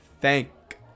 thank